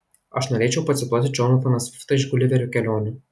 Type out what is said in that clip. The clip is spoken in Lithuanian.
aš norėčiau pacituoti džonataną sviftą iš guliverio kelionių